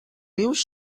rius